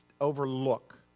overlook